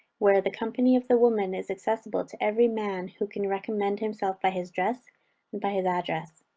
where the company of the women is accessible to every man who can recommend himself by his dress, and by his address.